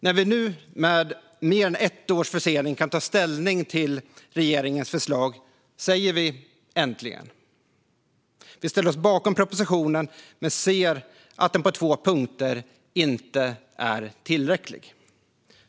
När vi nu med mer än ett års försening kan ta ställning till regeringens förslag säger vi "Äntligen!". Vi ställer oss bakom propositionen men ser att den på två punkter inte är tillräcklig.